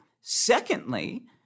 Secondly